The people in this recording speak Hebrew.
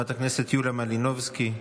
חברת הכנסת יוליה מלינובסקי,